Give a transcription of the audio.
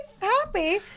happy